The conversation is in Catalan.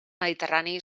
mediterrani